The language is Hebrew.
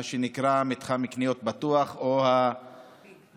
מה שנקרא מתחם קניות פתוח או ביג.